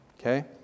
Okay